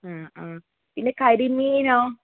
ആ പിന്നെ കരിമീനോ